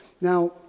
Now